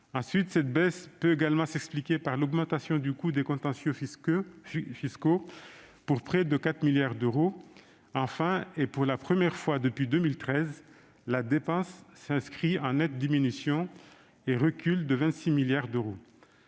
Ensuite, cette baisse peut s'expliquer par l'augmentation du coût des contentieux fiscaux pour près de 4 milliards d'euros. Enfin, et pour la première fois depuis 2013, la dépense s'inscrit en nette diminution et recule de 26 milliards d'euros.